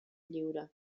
lliure